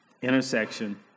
intersection